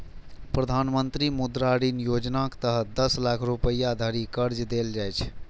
प्रधानमंत्री मुद्रा ऋण योजनाक तहत दस लाख रुपैया धरि कर्ज देल जाइ छै